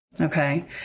Okay